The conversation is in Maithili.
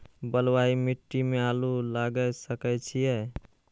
बलवाही मिट्टी में आलू लागय सके छीये?